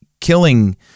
killing